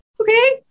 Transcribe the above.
okay